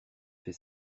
fait